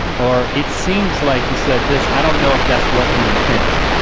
or it seems like you said this, i don't know if that's what you intended.